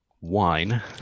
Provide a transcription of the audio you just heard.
wine